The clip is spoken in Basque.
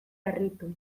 harritu